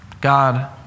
God